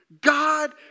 God